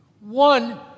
One